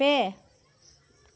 ᱯᱮ